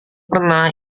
pernah